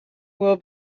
will